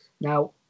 Now